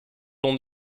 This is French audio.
l’on